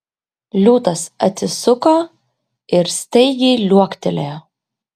liūtas atsisuko ir staigiai liuoktelėjo